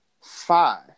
five